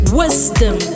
wisdom